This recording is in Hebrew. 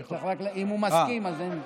אם הוא מסכים אז אין,